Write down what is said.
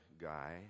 guy